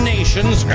Nations